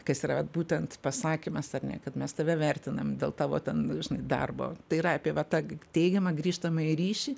kas yra vat būtent pasakymas ar ne kad mes tave vertinam dėl tavo ten žinai darbo tai yra apie va tą teigiamą grįžtamąjį ryšį